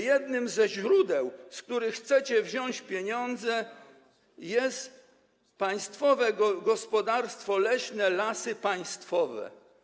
Jednym ze źródeł, z których chcecie wziąć pieniądze, jest Państwowe Gospodarstwo Leśne Lasy Państwowe.